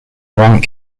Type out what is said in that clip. grant